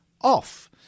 off